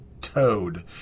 Toad